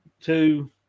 Two